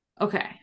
Okay